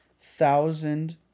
thousand